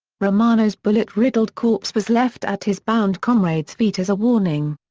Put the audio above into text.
romano's bullet-riddled corpse was left at his bound comrades' feet as a warning.